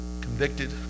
convicted